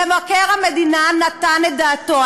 מבקר המדינה נתן את דעתו,